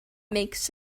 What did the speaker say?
makes